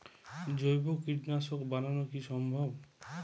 জৈব কীটনাশক বানানো কি সম্ভব?